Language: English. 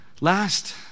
last